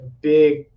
big